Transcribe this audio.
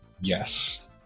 Yes